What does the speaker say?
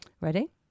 Ready